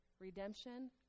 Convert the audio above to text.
Redemption